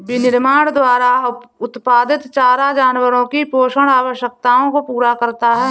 विनिर्माण द्वारा उत्पादित चारा जानवरों की पोषण आवश्यकताओं को पूरा करता है